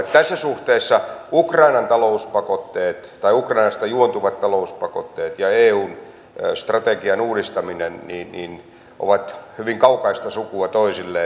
tässä suhteessa ukrainasta juontuvat talouspakotteet ja eun strategian uudistaminen ovat hyvin kaukaista sukua toisilleen